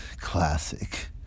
Classic